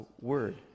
word